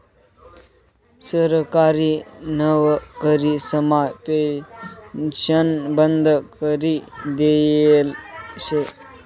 सरकारी नवकरीसमा पेन्शन बंद करी देयेल शे